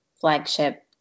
flagship